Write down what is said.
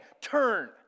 Turn